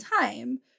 time